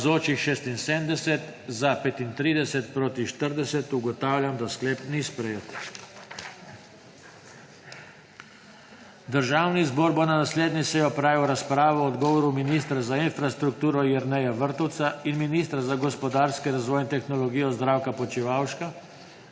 (Za je glasovalo 35.)(Proti 40.) Ugotavljam, da sklep ni sprejet. Državni zbor bo na naslednji seji opravil razpravo o odgovoru ministra za infrastrukturo Jerneja Vrtovca in ministra za gospodarski razvoj in tehnologijo Zdravka Počivalška